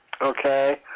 okay